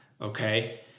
okay